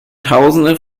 tausende